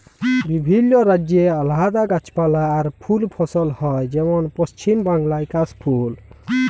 বিভিল্য রাজ্যে আলাদা গাছপালা আর ফুল ফসল হ্যয় যেমল পশ্চিম বাংলায় কাশ ফুল